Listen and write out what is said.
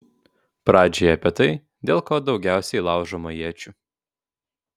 pradžiai apie tai dėl ko daugiausiai laužoma iečių